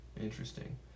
Interesting